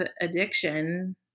addiction